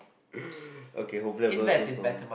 okay hopefully I'm not too soft